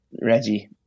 Reggie